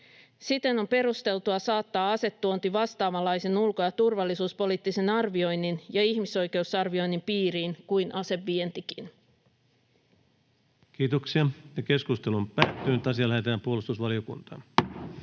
Siten on perusteltua saattaa asetuonti vastaavanlaisen ulko- ja turvallisuuspoliittisen arvioinnin ja ihmisoikeusarvioinnin piiriin kuin asevientikin. [Speech 212] Speaker: Ensimmäinen varapuhemies Antti Rinne